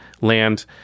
land